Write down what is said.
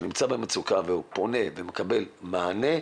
שנמצא במצוקה ופונה ומקבל מענה,